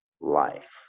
life